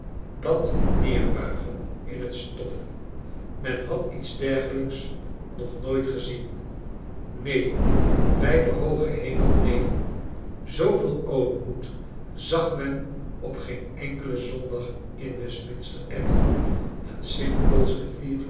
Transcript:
dat ineerbuigen in het stof men had iets dergelijks nog nooit gezien neen bij den hoogen hemel neen zooveel ootmoed zag men op geen enkelen zondag in westminster abbey en